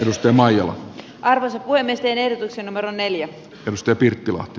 mustamaija aarras voimistelee nämä neljä kalustepirttilahti